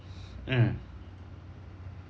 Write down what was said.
mm